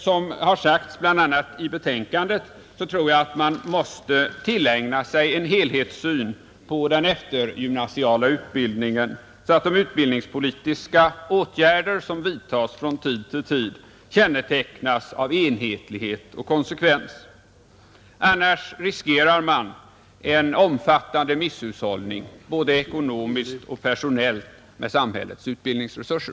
Som sagts bl.a. i betänkandet måste man tillägna sig en helhetssyn på den eftergymnasiala utbildningen, så att de utbildningspolitiska åtgärder som vidtas från tid till tid kännetecknas av en viss enhetlighet och konsekvens. Annars riskerar man en omfattande misshushållnign, både ekonomiskt och personellt, med samhällets utbildningsresurser.